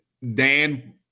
Dan